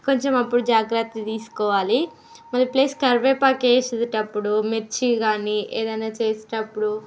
కొంచెం అప్పుడు జాగ్రత్త తీసుకోవాలి మళ్ళీ ప్లస్ కరివేపాకు వేసేటప్పుడు మిర్చి గానీ ఏదైనా చేసేటప్పుడు